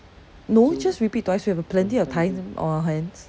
no just repeat twice we have plenty of time on our hand